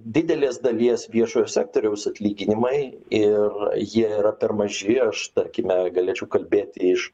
didelės dalies viešojo sektoriaus atlyginimai ir jie yra per maži aš tarkime galėčiau kalbėti iš